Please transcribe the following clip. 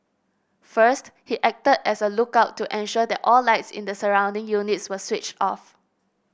first he acted as a lookout to ensure that all lights in the surrounding units were switched off